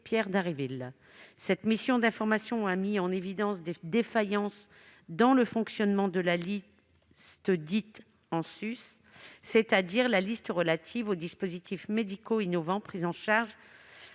Pierre Dharréville. Cette mission d'information a mis en évidence des défaillances dans le fonctionnement de la liste en sus, c'est-à-dire la liste relative aux dispositifs médicaux innovants pris en charge